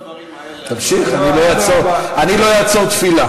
"והיו הדברים האלה על" תמשיך, אני לא אעצור תפילה.